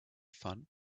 fun